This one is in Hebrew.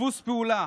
דפוס פעולה,